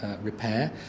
repair